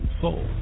soul